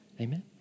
Amen